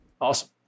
Awesome